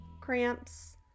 cramps